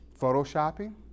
photoshopping